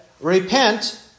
Repent